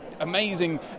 amazing